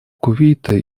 кувейта